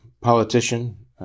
politician